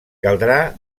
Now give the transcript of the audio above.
caldrà